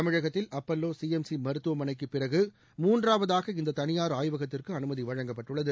தமிழகத்தில் அப்பல்வோ சிளம்சி மருத்துவமனைக்கு பிறகு மூன்றாவதாக இந்த தனியார் ஆய்வகத்திற்கு அனுமதி வழங்கப்பட்டுள்ளது